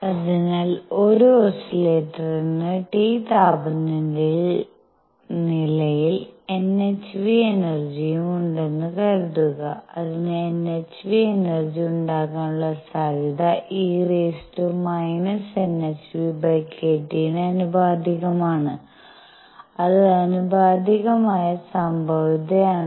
അതിനാൽ ഒരു ഓസിലേറ്ററിന് T താപനിലയിൽ nhν എനർജിയും ഉണ്ടെന്ന് കരുതുക അതിന് nhν എനർജി ഉണ്ടാകാനുള്ള സാധ്യത e⁻ⁿʰᵛᴷᵀ ന് ആനുപാതികമാണ് അത് ആനുപാതികമായ സംഭാവ്യതയാണ്